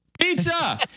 Pizza